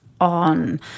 on